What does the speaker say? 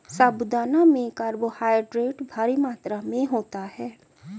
साबूदाना में कार्बोहायड्रेट भारी मात्रा में होता है